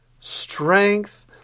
strength